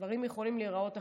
דברים יכולים להיראות אחרת.